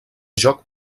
joc